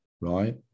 right